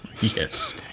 Yes